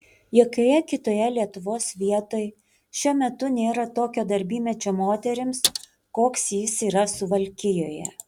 jokioje kitoje lietuvos vietoj šiuo metu nėra tokio darbymečio moterims koks jis yra suvalkijoje